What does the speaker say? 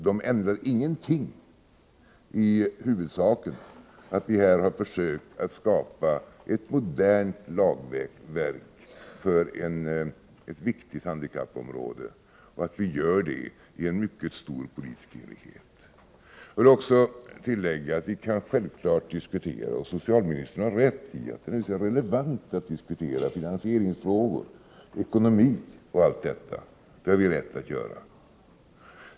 De ändrar ingenting i huvudsaken, att vi här har försökt skapa ett modernt lagverk för ett viktigt handikappområde och att vi gör det i mycket stor politisk enighet. Jag vill också tillägga att vi självfallet kan diskutera — och socialministern har rätt i att det är relevant att diskutera — finansieringsfrågor, ekonomi osv.